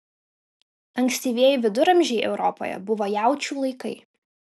ankstyvieji viduramžiai europoje buvo jaučių laikai